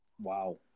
Wow